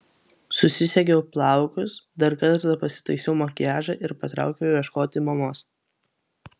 susisegiau plaukus dar kartą pasitaisiau makiažą ir patraukiau ieškoti mamos